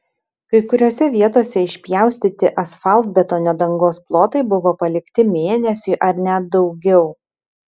kai kuriose vietose išpjaustyti asfaltbetonio dangos plotai buvo palikti mėnesiui ar net daugiau